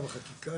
אגב החקיקה